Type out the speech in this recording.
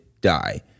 die